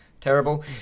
terrible